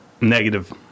Negative